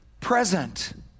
present